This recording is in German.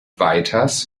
weiters